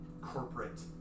corporate